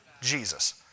Jesus